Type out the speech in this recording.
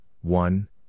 one